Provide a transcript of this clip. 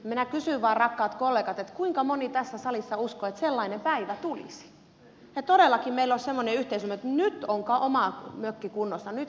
minä kysyn vain rakkaat kollegat kuinka moni tässä salissa uskoo että sellainen päivä tulisi että todellakin meillä olisi semmoinen yhteisymmärrys että nyt on oma mökki kunnossa nyt voidaan auttaa